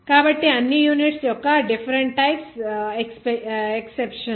కాబట్టి అన్నీ యూనిట్స్ యొక్క డిఫరెంట్ టైప్స్ ఎక్సెప్షన్స్